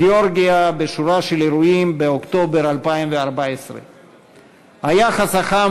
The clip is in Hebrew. בשורה של אירועים בגאורגיה באוקטובר 2014. היחס החם